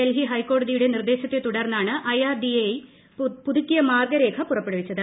ഡൽഹി ഹൈക്കോടതിയുടെ നിർദ്ദേശത്തെ തുടർന്നാണ് ഐആർഡിഎഐ പുതുക്കിയ മാർഗ്ഗരേഖ പുറപ്പെടുവിച്ചത്